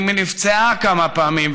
היא נפצעה כמה פעמים,